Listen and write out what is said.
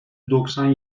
doksan